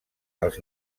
els